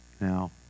Now